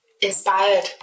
inspired